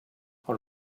our